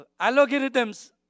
algorithms